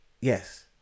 Yes